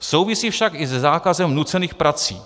Souvisí však i se zákazem nucených prací.